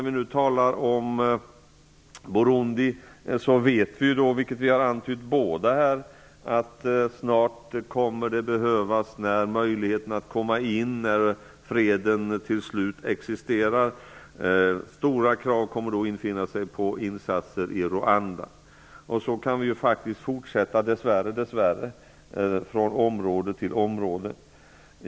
Vad gäller Burundi vet vi, vilket vi båda har antytt här, att det när det till slut blir fred och existerar möjligheter att komma in i landet kommer att ställas stora krav på insatser där. Så kan vi dess värre fortsätta att gå igenom område för område.